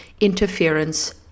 interference